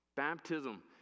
Baptism